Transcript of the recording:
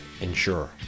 ensure